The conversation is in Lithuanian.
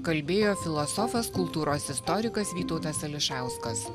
kalbėjo filosofas kultūros istorikas vytautas ališauskas